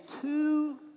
two